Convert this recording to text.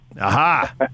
Aha